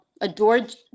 adored